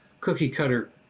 cookie-cutter